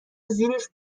زیرش